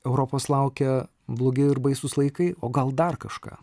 europos laukia blogi ir baisūs laikai o gal dar kažką